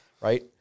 right